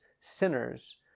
sinners